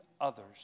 others